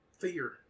fear